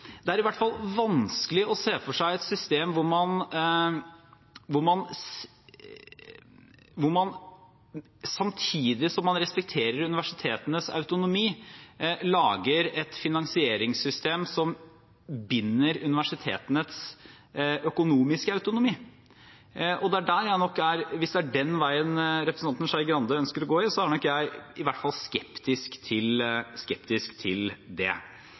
det er vanskelig å se for seg et system hvor man samtidig som man respekterer universitetenes autonomi, lager et finansieringssystem som binder universitetenes økonomiske autonomi. Hvis det er den veien representanten Skei Grande ønsker å gå, er nok jeg i hvert fall skeptisk til det. Jeg mener at vår hovedoppgave er å sikre at universitetene tar den oppgaven, det